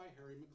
Harry